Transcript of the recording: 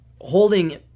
holding